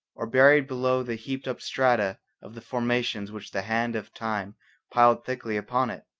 or buried below the heaped up strata of the formations which the hand of time piled thickly upon it.